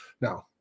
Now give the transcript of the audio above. Now